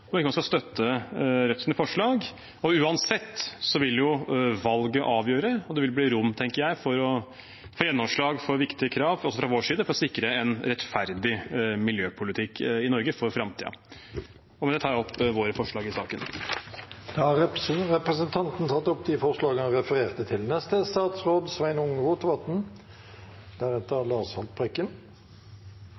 forslag. Uansett vil valget avgjøre, og det vil bli rom, tenker jeg, for å få gjennomslag for viktige krav også fra vår side for å sikre en rettferdig miljøpolitikk i Norge for framtiden. Med det tar jeg opp våre forslag i saken. Da har representanten Bjørnar Moxnes tatt opp de forslagene han refererte til. Det er